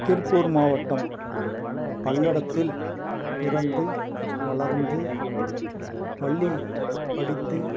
திருப்பூர் மாவட்டம் பல்லடத்தில் பிறந்து வளர்ந்து பள்ளி படித்து